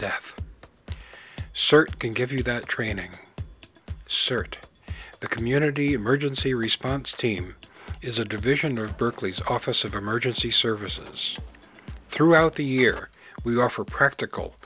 cert can give you that training cert the community emergency response team is a division of berkeley's office of emergency services throughout the year we offer practical